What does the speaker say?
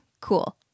cool